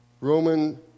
Roman